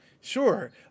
sure